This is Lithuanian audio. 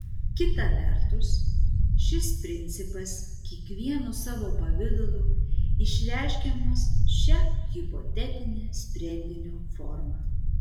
kita vertus šis principas kiekvienu savo pavidalu išreiškiamas šia hipotetine sprendinio forma